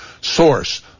Source